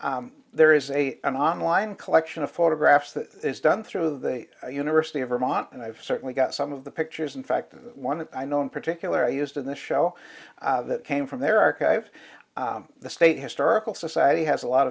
where there is a an online collection of photographs that is done through the university of vermont and i've certainly got some of the pictures in fact of one that i know in particular used in the show that came from their archives the state historical society has a lot